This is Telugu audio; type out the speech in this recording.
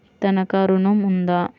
తనఖా ఋణం ఉందా?